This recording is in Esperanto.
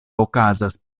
okazas